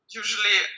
usually